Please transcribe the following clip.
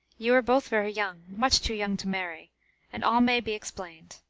you are both very young much too young to marry and all may be explained.